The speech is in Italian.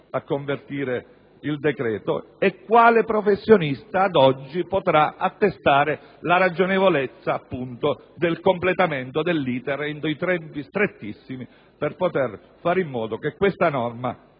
a convertire il decreto, e quale professionista, sempre ad oggi, potrà attestare la ragionevolezza del completamento dell'*iter* entro tempi strettissimi, per fare in modo che questa norma